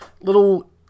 little